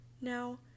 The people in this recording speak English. Now